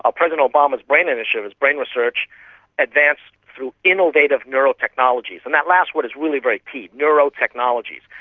ah president obama's brain initiative, his brain research advanced through innovative neuro-technologies. and that last word is really very key, neuro-technologies.